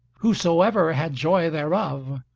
whosoever had joy thereof,